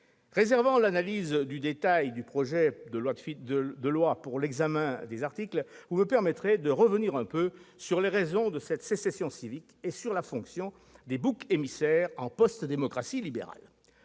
Réservant l'analyse du détail des projets de loi pour l'examen des articles, vous me permettrez de revenir sur les raisons de cette sécession civique et sur la fonction des boucs émissaires en post-démocratie libérale.